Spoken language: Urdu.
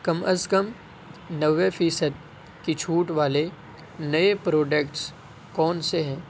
کم از کم نوے فیصد کی چھوٹ والے نئے پروڈکٹس کون سے ہیں